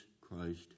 Christ